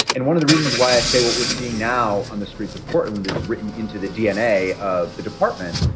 and one of the reasons why i say what we're seeing now on the streets of portland is written into the dna of the department.